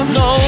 no